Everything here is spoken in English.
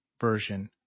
version